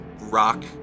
rock